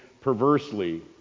perversely